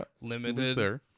limited